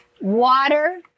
water